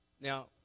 now